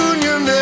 Union